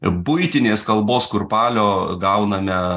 buitinės kalbos kurpalio gauname